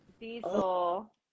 Diesel